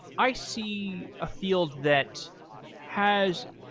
i see a field that has,